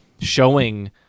showing